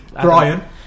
Brian